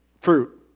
fruit